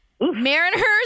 Mariners